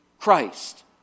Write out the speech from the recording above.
Christ